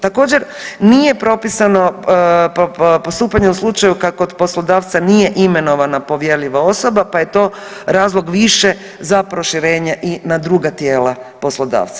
Također, nije propisano postupanje u slučaju kad kod poslodavca nije imenovana povjerljiva osoba, pa je to razlog više za proširenje i na druga tijela poslodavca.